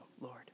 Lord